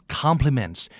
compliments